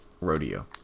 rodeo